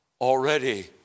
already